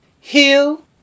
heal